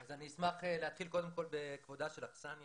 אני אשמח קודם כל להתחיל בכבודה של האכסניה,